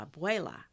Abuela